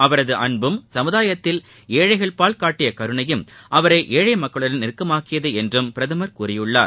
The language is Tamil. அவரது அன்பும் சமுதாயத்தின் ஏழைகள் பால் காட்டிய கருணையும் அவரை ஏழை மக்களுடன் நெருக்கமாக்கியது என்றும் பிரதமர் கூறியிருக்கிறார்